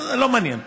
לא מעניין.